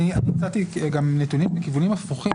אני הצעתי גם נתונים בכיוונים הפוכים.